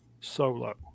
solo